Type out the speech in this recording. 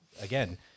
again